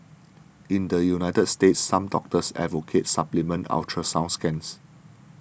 in the United States some doctors advocate supplemental ultrasound scans